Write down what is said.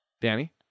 Danny